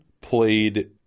played